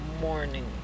morning